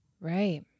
Right